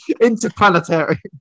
interplanetary